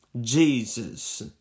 Jesus